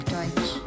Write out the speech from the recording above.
Deutsch